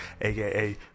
aka